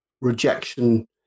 rejection